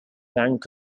bank